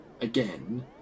again